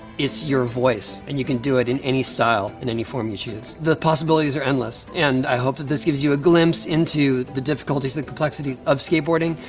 it's your voice, and you can do it in any style and any form you choose. the possibilities are endless, and i hope that this gives you a glimpse into the difficulties, the complexities of skateboarding,